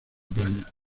playa